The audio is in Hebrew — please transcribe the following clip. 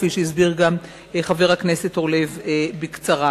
כפי שהסביר גם חבר הכנסת אורלב בקצרה.